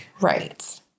Right